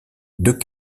deux